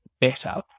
better